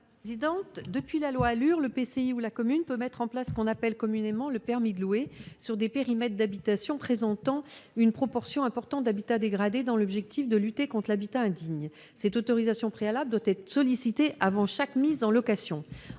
Mme Annie Guillemot. Depuis la loi ALUR, l'EPCI ou la commune peuvent mettre en place ce que l'on appelle communément le « permis de louer » sur des périmètres d'habitation présentant une proportion importante d'habitat dégradé et dans l'objectif de lutter contre l'habitat indigne. Cette autorisation préalable doit être sollicitée avant chaque mise en location.